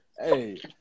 Hey